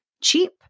cheap